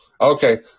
Okay